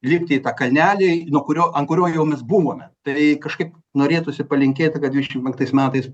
lipti į tą kalnelį nuo kurio ant kurio jau mes buvome tai kažkaip norėtųsi palinkėti kad dvidešimt penktais metais